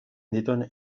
dituen